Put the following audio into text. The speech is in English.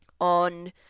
on